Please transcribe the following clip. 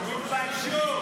תתביישו.